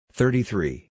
thirty-three